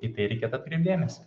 į tai reikėtų atkreipt dėmesį